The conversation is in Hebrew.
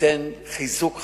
ייתן חיזוק חזק,